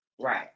Right